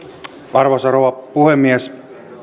arvoisa rouva puhemies